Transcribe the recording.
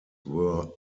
were